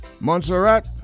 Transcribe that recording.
Montserrat